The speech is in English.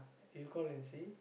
you call and see